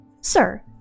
sir